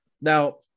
Now